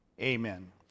amen